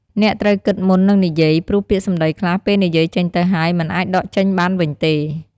អ្នកត្រូវគិតមុននឹងនិយាយ ព្រោះពាក្យសម្តីខ្លះពេលនិយាយចេញទៅហើយ មិនអាចដកចេញបានវិញទេ។